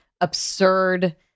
absurd